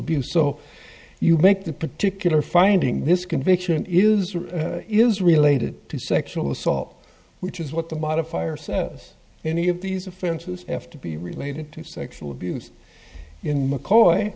abuse so you make the particular finding this conviction is is related to sexual assault which is what the modifier says any of these offenses have to be related to sexual abuse in mccoy